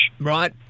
Right